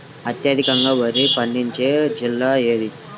అత్యధికంగా వరి పండించే జిల్లా ఏది?